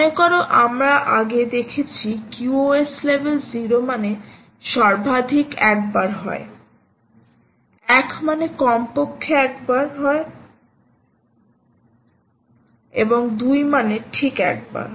মনে করো আমরা আগে দেখেছি QoS লেভেল 0 মানে সর্বাধিক একবার হয় 1 মানে কমপক্ষে একবার হয় এবং 2 মানে ঠিক একবার